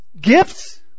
gifts